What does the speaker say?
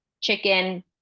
chicken